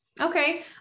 Okay